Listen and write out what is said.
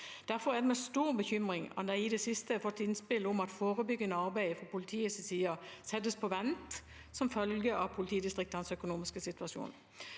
Derfor er det med stor bekymring at vi i det siste har fått innspill om at forebyggende arbeid fra politiets side settes på vent som følge av politidistriktenes økonomiske situasjon.